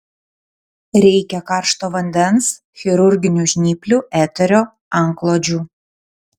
reikia karšto vandens chirurginių žnyplių eterio antklodžių